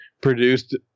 produced